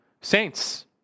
saints